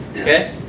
Okay